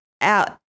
out